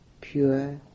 pure